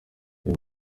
uyu